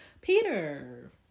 Peter